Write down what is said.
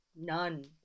None